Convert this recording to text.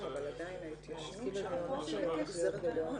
אם העד המרכזי נכנס לניתוח לב פתוח,